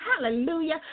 Hallelujah